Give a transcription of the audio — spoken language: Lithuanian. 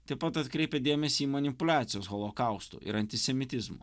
taip pat atkreipia dėmesį į manipuliacijas holokaustu ir antisemitizmu